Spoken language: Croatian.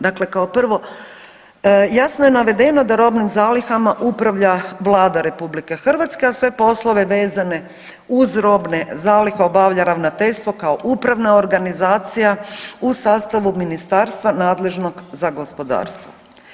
Dakle, kao prvo jasno je navedeno da robnim zalihama upravlja Vlada RH, a sve poslove vezane uz robne zalihe obavlja Ravnateljstvo kao upravna organizacija u sastavu ministarstva nadležnog za gospodarstvo.